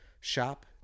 Shop